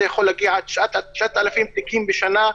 שיכול להגיע עד 9,000 תיקים בשנה,